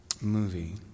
movie